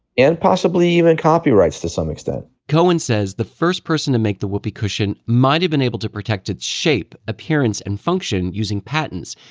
and possibly even copyrights to some extent cohen says the first person to make the whoopee cushion might have been able to protect its shape, appearance and function using patents,